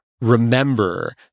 remember